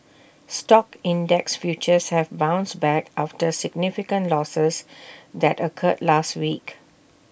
stock index futures have bounced back after significant losses that occurred last week